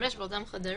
להשתמש באותם חדרים.